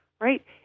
right